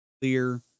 clear